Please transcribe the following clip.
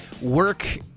work